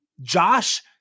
Josh